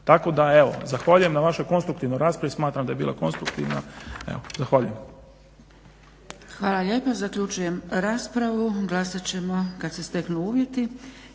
tako da evo zahvaljujem na vašoj konstruktivnoj raspravi, smatram da je bila konstruktivna. Evo zahvaljujem. **Zgrebec, Dragica (SDP)** Hvala lijepa. Zaključujem raspravu. Glasat ćemo kad se steknu uvjeti.